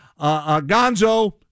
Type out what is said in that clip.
Gonzo